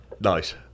nice